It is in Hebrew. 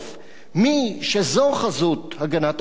מי שזו חזות הגנת העורף בעיניו,